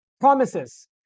promises